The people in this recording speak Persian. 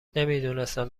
نمیدونستم